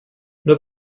nur